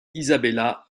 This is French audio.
isabella